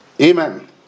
Amen